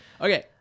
Okay